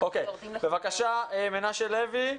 מנשה לוי,